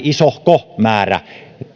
isohko määrä